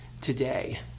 today